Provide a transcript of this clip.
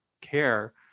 care